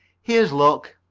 here's luck.